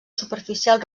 superficial